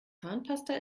zahnpasta